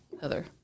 Heather